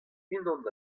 unan